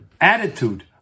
attitude